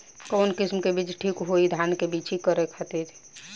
कवन किस्म के बीज ठीक होई धान के बिछी तैयार करे खातिर?